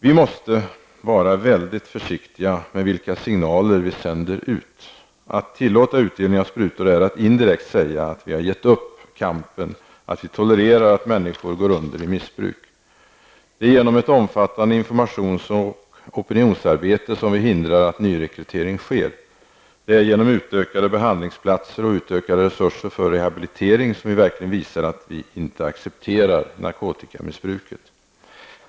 Vi måste vara väldigt försiktiga med vilka signaler vi sänder ut. Att tillåta utdelning av sprutor är att indirekt säga att vi har gett upp kampen, att vi tolererar att människor går under i missbruk. Det är genom ett omfattande informations och opinionsarbete som vi hindrar att nyrekrytering sker. Det är genom ett utökat antal behandlingsplatser och utökade resurser för rehabilitering som vi verkligen visar att vi inte accepterar narkotikamissbruket.